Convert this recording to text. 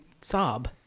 sob